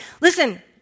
Listen